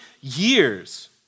years